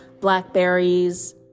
blackberries